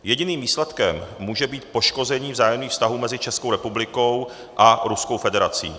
Jediným výsledkem může být poškození vzájemných vztahů mezi Českou republikou a Ruskou federací.